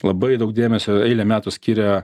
labai daug dėmesio eilę metų skiria